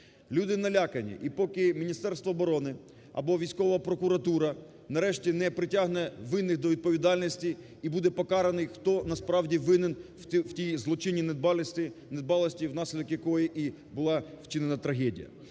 Люди налякані, і поки Міністерство оборони або військова прокуратура нарешті не притягне винних до відповідальності і буде покараний хто насправді винен в тій злочинній недбалості, внаслідок якої і була вчинена трагедія.